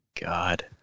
God